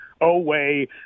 away